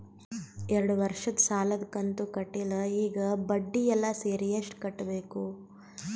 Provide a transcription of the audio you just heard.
ಎರಡು ವರ್ಷದ ಸಾಲದ ಕಂತು ಕಟ್ಟಿಲ ಈಗ ಬಡ್ಡಿ ಎಲ್ಲಾ ಸೇರಿಸಿ ಎಷ್ಟ ಕಟ್ಟಬೇಕು?